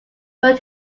but